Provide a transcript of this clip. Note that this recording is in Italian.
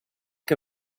che